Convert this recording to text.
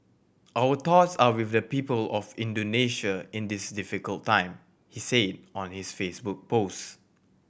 our thoughts are with the people of Indonesia in this difficult time he said on his Facebook post